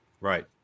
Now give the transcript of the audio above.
Right